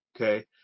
Okay